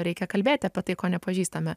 reikia kalbėti apie tai ko nepažįstame